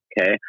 okay